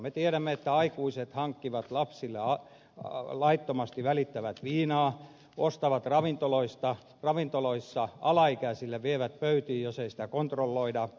me tiedämme että aikuiset hankkivat lapsille laittomasti välittävät viinaa ostavat ravintoloissa alaikäisille vievät pöytiin jos ei sitä kontrolloida